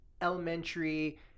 elementary